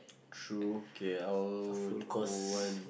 true K_L one